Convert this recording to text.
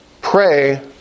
Pray